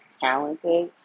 talented